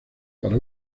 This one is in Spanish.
para